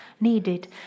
needed